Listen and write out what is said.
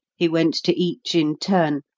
he went to each in turn,